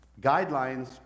guidelines